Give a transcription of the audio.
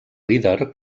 líder